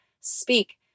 speak